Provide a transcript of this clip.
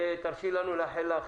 תרשי לנו לאחל לך,